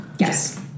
Yes